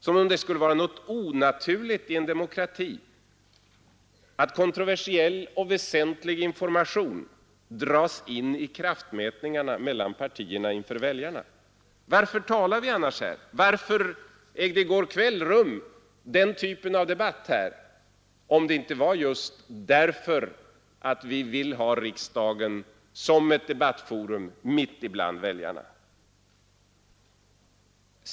Som om det skulle vara något onaturligt i en demokrati att kontroversiell och väsentlig information dras in i kraftmätningarna mellan partierna inför väljarna. Varför talar vi annars här? Varför ägde i går kväll rum den typen av debatt här om det inte var just därför att vi vill ha riksdagen som ett debattforum mitt ibland väljarna?